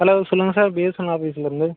hello சொல்லுங்கள் sir BSNL ஆஃபீஸில் இருந்து